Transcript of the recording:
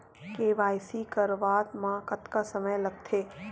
KYC करवात म कतका समय लगथे?